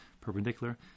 perpendicular